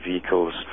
vehicles